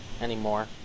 anymore